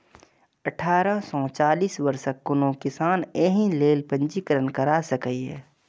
अठारह सं चालीस वर्षक कोनो किसान एहि लेल पंजीकरण करा सकैए